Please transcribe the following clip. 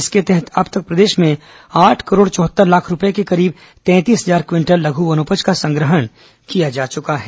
इसके तहत अब तक प्रदेश में आठ करोड़ चौहत्तर लाख रूपये के करीब तैंतीस हजार क्विंटल लघु वनोपज का संगहण किया जा चुका है